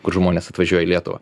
kur žmonės atvažiuoja į lietuvą